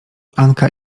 anka